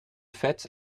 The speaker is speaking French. fait